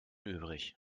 übrig